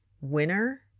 winner